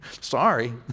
Sorry